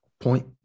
point